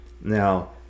now